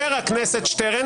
חבר הכנסת שטרן,